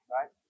Right